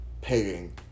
paying